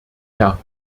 herr